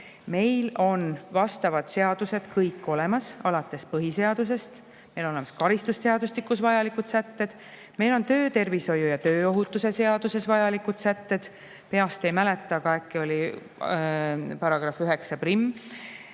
Meil on vastavad seadused kõik olemas, alates põhiseadusest. Meil on olemas karistusseadustikus vajalikud sätted, meil on töötervishoiu ja tööohutuse seaduses vajalikud sätted, peast ei mäleta, aga äkki oli § 91.